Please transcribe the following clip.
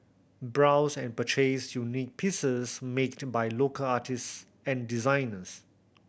browse and purchase unique pieces make by local artist and designers